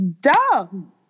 dumb